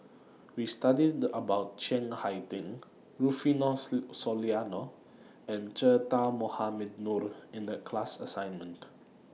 We studied about Chiang Hai Ding Rufino Soliano and Che Dah Mohamed Noor in The class assignment